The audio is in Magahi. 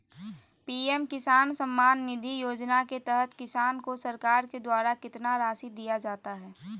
पी.एम किसान सम्मान निधि योजना के तहत किसान को सरकार के द्वारा कितना रासि दिया जाता है?